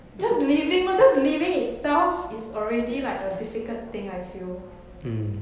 just leaving lor just leaving itself is already like the difficult thing I feel